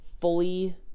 fully